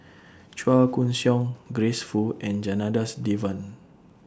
Chua Koon Siong Grace Fu and Janadas Devan